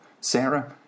Sarah